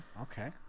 Okay